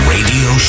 Radio